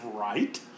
right